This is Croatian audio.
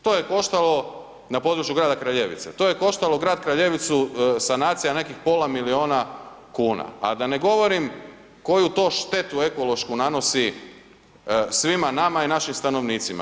To je koštalo, na području grada Kraljevice, to je koštalo grad Kraljevicu, sanacija nekih pola miliona kuna, a da ne govorim koju to štetu ekološku nanosi svima nama i našim stanovnicima.